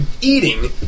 eating